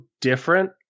different